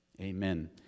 amen